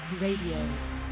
Radio